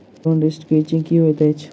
Loan restructuring की होइत अछि?